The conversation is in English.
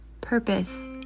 purpose